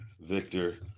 Victor